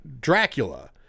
Dracula